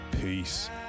peace